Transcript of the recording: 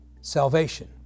salvation